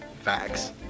facts